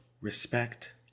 respect